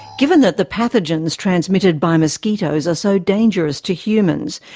given that the pathogens transmitted by mosquitoes are so dangerous to humans,